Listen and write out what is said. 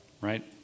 right